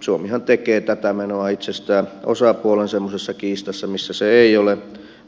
suomihan tekee tätä menoa itsestään osapuolen semmoisessa kiistassa missä se ei ole